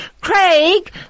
Craig